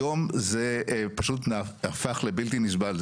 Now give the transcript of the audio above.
היום זה פשוט הפך לבלתי נסבל.